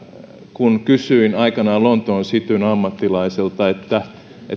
kun kysyin aikanaan lontoon cityn ammattilaiselta